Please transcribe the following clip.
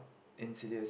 Insidious